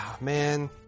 man